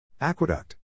Aqueduct